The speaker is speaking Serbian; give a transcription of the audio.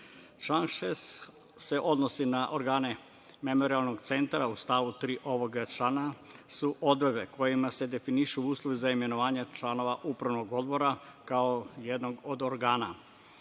6. se odnosni na organe Memorijalnog centra. U stavu 3. ovoga člana su odredbe kojima se definišu uslovi za imenovanje članova upravnog odbora, kao jednog od organa.